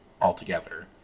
altogether